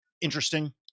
interesting